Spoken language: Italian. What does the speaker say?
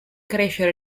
crescere